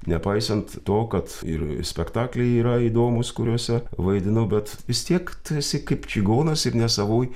nepaisant to kad ir spektakliai yra įdomūs kuriuose vaidinau bet vis tiek tu esi kaip čigonas ir ne savoj